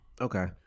Okay